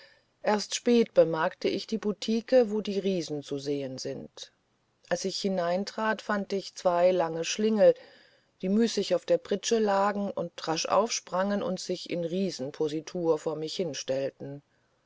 erst spät bemerkte ich die butike wo die riesen zu sehen sind als ich hineintrat fand ich zwei lange schlingel die müßig auf der pritsche lagen und rasch aufsprangen und sich in riesenpositur vor mich hinstellten